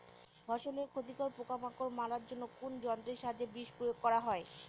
ফসলের ক্ষতিকর পোকামাকড় মারার জন্য কোন যন্ত্রের সাহায্যে বিষ প্রয়োগ করা হয়?